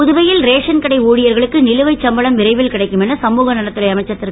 புதுவையில் ரேஷன் கடை ஊழியர்களுக்கு நிலுவை சம்பளம் விரைவில் கிடைக்கும் என சமுக நலத்துறை அமைச்சர் திரு